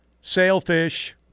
sailfish